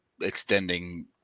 extending